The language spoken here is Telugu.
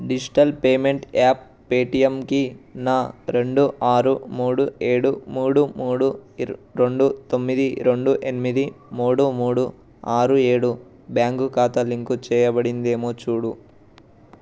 డిజిటల్ పేమెంట్ యాప్ పేటిఎమ్కి నా రెండు ఆరు మూడు ఏడు మూడు మూడు రెండు తొమ్మిది రెండు ఎనిమిది మూడు మూడు ఆరు ఏడు బ్యాంక్ ఖాతా లింకు చేయబడిందేమో చూడు